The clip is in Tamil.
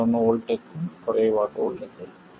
7 V க்கும் குறைவாக உள்ளது